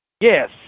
Yes